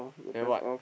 then what